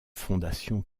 fondations